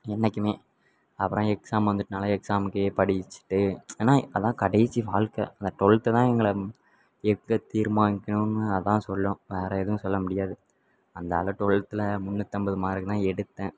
என்றைக்குமே அப்புறம் எக்ஸாம் வந்துவிட்டனால எக்ஸாமுக்கே படிச்சுட்டு ஏன்னால் அதுதான் கடைசி வாழ்க்க அந்த ட்வல்த்து தான் எங்களை எங்கள் தீர்மானிக்கணும்னு அதுதான் சொல்லும் வேறு எதுவும் சொல்ல முடியாது அந்தளவு ட்வல்த்தில் முந்நூற்றம்பது மார்க்கு தான் எடுத்தேன்